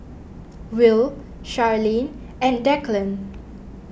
Will Charlene and Declan